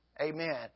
Amen